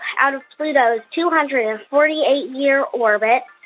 out of pluto's two hundred and forty eight year orbit,